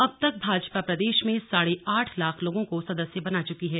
अब तक भाजपा प्रदेश में साढ़े आठ लाख लोगों कों सदस्य बना चुकी है